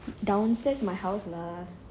downstairs my house lah